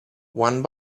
one